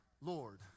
Lord